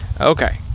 Okay